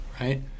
right